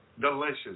Delicious